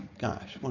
gosh what